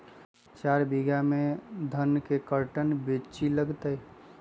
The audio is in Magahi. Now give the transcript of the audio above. चार बीघा में धन के कर्टन बिच्ची लगतै?